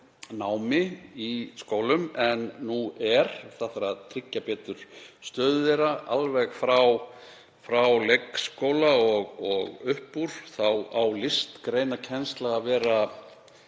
námi í skólum en nú er. Það þarf að tryggja betur stöðu þeirra greina alveg frá leikskóla og upp úr. Þá á listgreinakennsla að vera